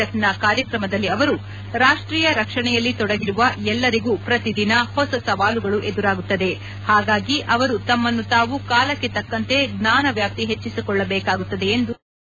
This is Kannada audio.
ಎಫ್ ನ ಕಾರ್ಯಕ್ರಮದಲ್ಲಿ ಅವರು ರಾಷ್ವೀಯ ರಕ್ಷಣೆಯಲ್ಲಿ ತೊಡಗಿರುವ ಎಲ್ಲರಿಗೂ ಪ್ರತಿ ದಿನ ಹೊಸ ಸವಾಲುಗಳು ಎದುರಾಗುತ್ತದೆ ಹಾಗಾಗಿ ಅವರು ತಮ್ಮನ್ನು ತಾವು ಕಾಲಕ್ಕೆ ತಕ್ಕಂತೆ ಜ್ಞಾನ ವ್ಯಾಪ್ತಿ ಹೆಚ್ಚಿಸಿಕೊಳ್ಳಬೇಕಾಗುತ್ತದೆ ಎಂದು ಸಲಹೆ ನೀಡಿದರು